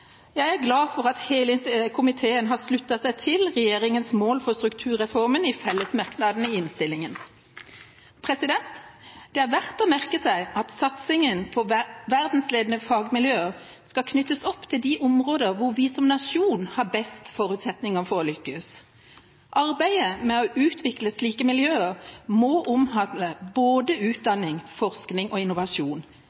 Jeg er glad for at hele komiteen har sluttet seg til regjeringas mål for strukturreformen i fellesmerknadene i innstillingen. Det er verdt å merke seg at satsingen på verdensledende fagmiljøer skal knyttes opp til de områder hvor vi som nasjon har best forutsetninger for å lykkes. Arbeidet med å utvikle slike miljøer må omhandle både utdanning, forskning og innovasjon.